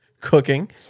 cooking